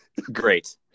Great